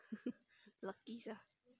lucky sia